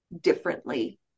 differently